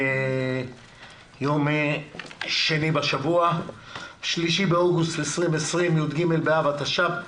יום שני בשבוע, 3 באוגוסט 2020, י"ג באב התש"ף.